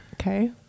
Okay